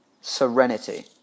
serenity